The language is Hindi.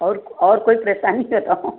और और कोई परेशानी है बताओ